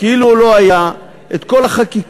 כאילו הוא לא היה, את כל החקיקה.